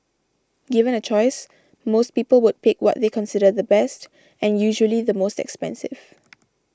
given a choice most people would pick what they consider the best and usually the most expensive